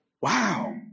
wow